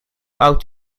oud